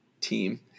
team